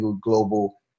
global